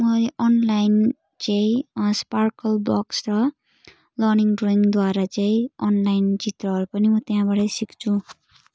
म अनलाइन चाहिँ Sparkle Box छ लर्निङ ड्रइङद्वारा चाहिँ अनलाइन चित्रहरू पनि मो त्यहाँबाटै सिक्छु